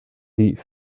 die